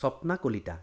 Swapna Kalita